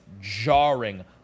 jarring